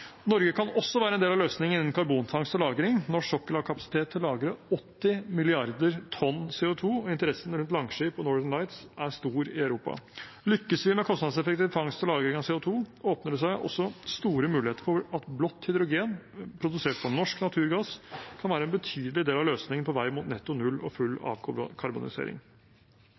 Norge kan også være en del av løsningen innen karbonfangst og -lagring når sokkelen har kapasitet til å lagre 80 mrd. tonn CO 2 . Interessen for Langskip og Northern Lights er stor i Europa. Lykkes vi med kostnadseffektiv fangst og lagring av CO 2 , åpner det seg også store muligheter for at blått hydrogen produsert på norsk naturgass kan være en betydelig del av løsningen på vei mot netto null og full avkarbonisering.